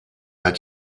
hat